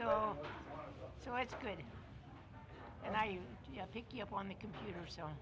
so it's good and i pick you up on the computer so